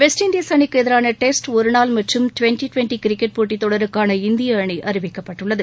west Indies அணிக்கு எதிரான test ஒருநாள் மற்றும் டிவெண்டி டிவெண்டி கிரிக்கெட் போட்டித் தொடருக்கான இந்திய அணி அறிவிக்கப்பட்டுள்ளது